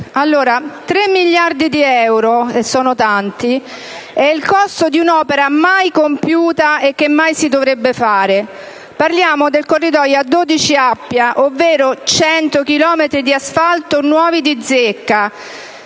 3 miliardi di euro - e sono tanti - è il costo di un'opera mai compiuta e che mai si dovrebbe fare. Parlo del corridoio A12- Appia, ovvero 100 chilometri di asfalto nuovi di zecca